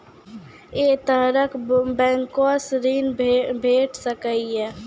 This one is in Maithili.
ऐ तरहक बैंकोसऽ ॠण भेट सकै ये?